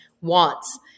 wants